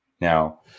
Now